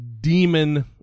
demon